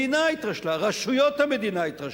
רשויות המדינה התרשלו,